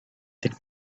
that